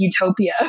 utopia